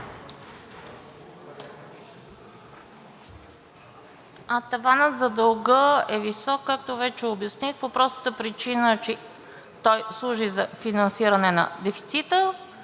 Таванът за дълга е висок, както вече обясних, по простата причина, че той служи за финансиране на дефицита,